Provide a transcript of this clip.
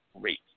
Great